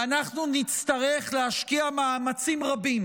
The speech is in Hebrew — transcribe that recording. ואנחנו נצטרך להשקיע מאמצים רבים